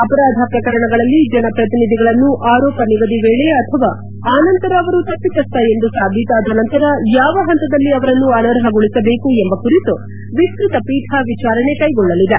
ಅಪರಾಧ ಪ್ರಕರಣಗಳಲ್ಲಿ ಜನಪ್ರತಿನಿಧಿಗಳನ್ನು ಆರೋಪ ನಿಗದಿ ವೇಳೆ ಅಥವಾ ಆನಂತರ ಅವರು ತಪ್ಪಿತಸ್ದ ಎಂದು ಸಾಬೀತಾದ ನಂತರ ಯಾವ ಹಂತದಲ್ಲಿ ಅವರನ್ನು ಅನರ್ಹಗೊಳಿಸಬೇಕು ಎಂಬ ಕುರಿತು ವಿಸ್ತ್ರತೆ ಪೀಠ ವಿಚಾರಣೆ ಕೈಗೊಳ್ಳಲಿದೆ